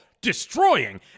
destroying